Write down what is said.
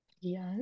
Yes